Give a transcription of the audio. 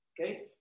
Okay